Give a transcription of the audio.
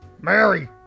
Mary